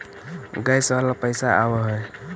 Gas वाला पैसा आव है?